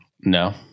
No